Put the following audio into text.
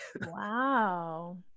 Wow